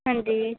ਹਾਂਜੀ